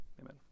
Amen